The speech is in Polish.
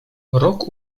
rok